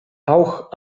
auch